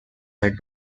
might